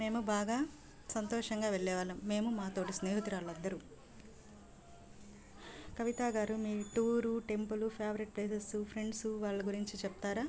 మేము బాగా సంతోషంగా వెళ్ళే వాళ్ళం మేము మా తోటి స్నేహితురాలు అందరూ కవిత గారు మీ tour temple favourite places friends వాళ్ళ గురించి చెప్తారా